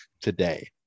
today